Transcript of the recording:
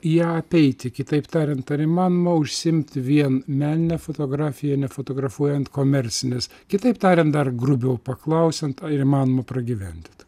ją apeiti kitaip tariant ar įmanoma užsiimti vien menine fotografija nefotografuojant komercinės kitaip tariant dar grubiau paklausiant ar įmanoma pragyventi